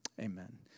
amen